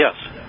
Yes